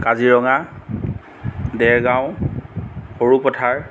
Kaziranga Dergaon Sarupathar